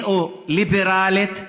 ניאו-ליברלית,